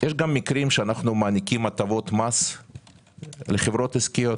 יש מקרים שאנחנו מעניקים הטבות מס לחברות עסקיות,